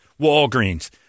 Walgreens